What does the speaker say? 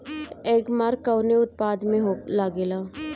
एगमार्क कवने उत्पाद मैं लगेला?